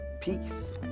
Peace